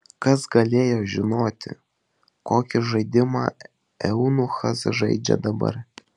kas galėjo žinoti kokį žaidimą eunuchas žaidžia dabar